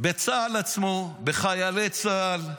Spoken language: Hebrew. בצה"ל עצמו, בחיילי צה"ל.